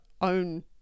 own